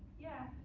yeah,